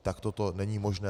Takto to není možné.